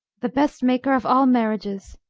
the best maker of all marriages,